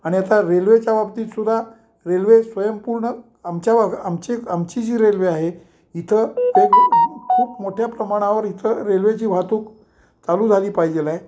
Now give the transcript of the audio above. आणि आता रेल्वेच्या बाबतीतसुद्दा रेल्वे स्वयंपूर्ण आमच्या बाघ आमची आमची जी रेल्वे आहे इथं एक खूप मोठ्या प्रमाणावर इथं रेल्वेची वाहतूक चालू झाली पाहिजे आहे